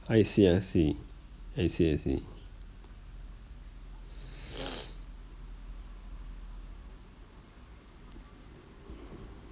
I see I see I see I see